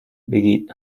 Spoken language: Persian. بگید